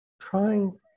trying